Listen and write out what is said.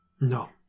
No